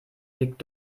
wirkt